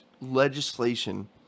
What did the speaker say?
legislation